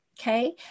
Okay